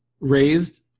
raised